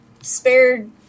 spared